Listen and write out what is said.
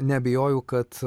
neabejoju kad